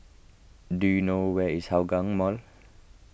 do you know where is Hougang Mall